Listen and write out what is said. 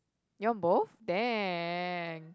you want both damn